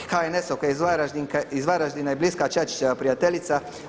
HNS-ovka iz Varaždina i bliska Čačićeva prijateljica.